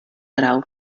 grau